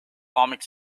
comic